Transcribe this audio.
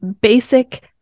basic